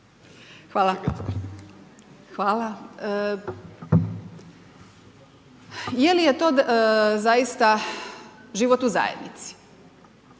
(SDP)** Hvala. Je li je to zaista život u zajednici?